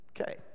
Okay